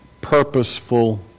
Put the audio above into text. purposeful